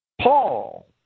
Paul